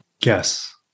Yes